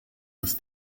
dass